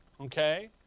Okay